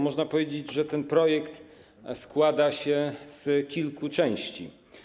Można powiedzieć, że ten projekt składa się z kilku części.